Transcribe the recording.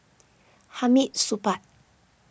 Hamid Supaat